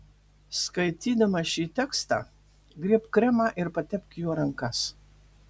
skaitydama šį tekstą griebk kremą ir patepk juo rankas